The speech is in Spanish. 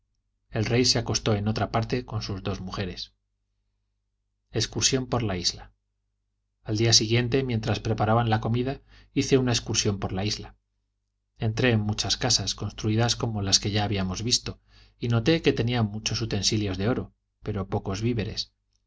el rey se acostó en otra parte con sus dos mujeres excursión por la isla al día siguiente mientras preparaban la comida hice una excursión por la isla entré en muchas casas construidas como las que ya habíamos visto y noté que tenían muchos utensilios de oro pero pocos víveres